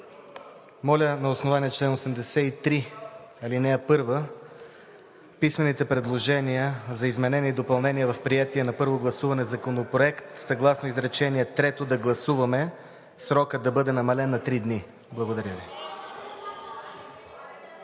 Моля на основание чл. 83, ал. 1 писмените предложения за изменение и допълнение в приетия на първо гласуване законопроект, съгласно изречение трето, да гласуваме срокът да бъде намален на три дни. Благодаря Ви.